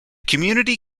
community